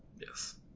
Yes